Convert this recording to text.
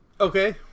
Okay